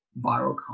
viral